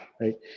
right